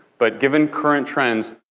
but given current trends,